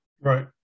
right